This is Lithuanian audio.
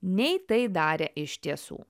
nei tai darė iš tiesų